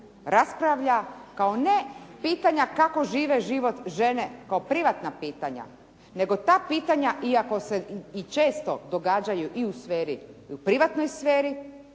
raspravlja ne kao pitanja kako žive život žene kao privatna pitanja, nego ta pitanja iako se i često događaju i u sferi, u privatnoj sferi,